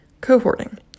Cohorting